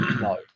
No